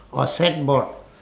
or stat board